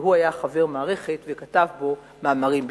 והוא היה חבר מערכת וכתב בו מאמרים בקביעות.